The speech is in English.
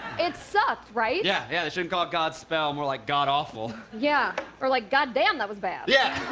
it sucked, right? yeah. yeah, they shouldn't call it godspell. more like god-awful. yeah. or, like, god-damn-that-was-bad. yeah!